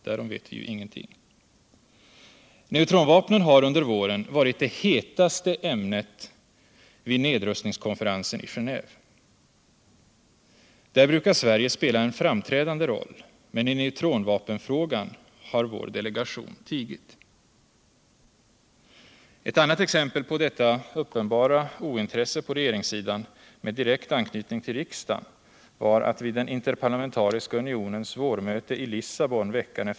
Därom vet vi ju ingenting. Neutronvapnen har under våren varit det hetaste ämnet vid nedrustningskonferensen i Genéve. Där brukar Sverige spela en framträdande roll, men i neutronvapenfrågan har vår delegation tigit.